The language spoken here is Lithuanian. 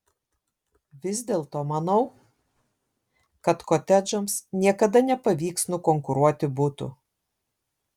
vis dėlto manau kad kotedžams niekada nepavyks nukonkuruoti butų